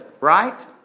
right